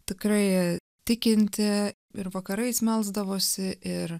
tikrai tikinti ir vakarais melsdavosi ir